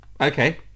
okay